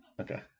Okay